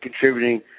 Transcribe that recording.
contributing